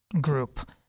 group